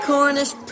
Cornish